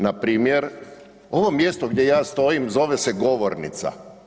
Npr. ovo mjesto gdje ja stojim zove se govornica.